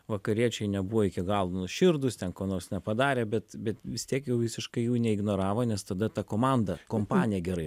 vakariečiai nebuvo iki galo nuoširdūs ten ko nors nepadarė bet bet vis tiek jau visiškai jų neignoravo nes tada ta komanda kompanija gerai